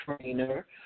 trainer